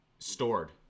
stored